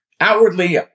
outwardly